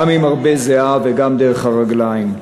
גם עם הרבה זיעה וגם דרך הרגליים.